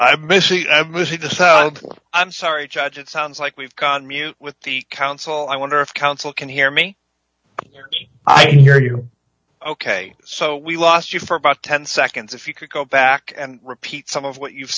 something i'm sorry judge it sounds like we've got mute with the counsel i wonder if counsel can hear me i can hear you ok so we lost you for about ten seconds if you could go back and repeat some of what you've